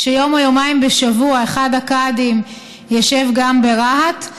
שיום או יומיים בשבוע אחד הקאדים ישב גם ברהט.